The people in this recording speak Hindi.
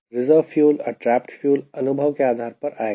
रिजर्व फ्यूल और ट्रैप्ड फ्यूल अनुभव के आधार पर आएगा